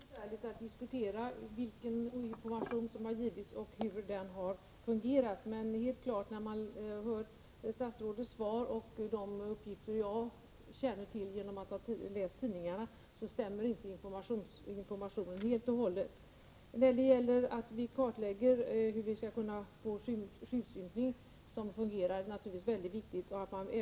Herr talman! Det är alltid besvärligt att diskutera vilken information som givits och hur den har fungerat. När man jämför statsrådets svar och de uppgifter jag fått genom tidningarna stämmer det inte riktigt. Att vi kartlägger hur vi skall kunna få en skyddsympning som fungerar är naturligtvis mycket bra.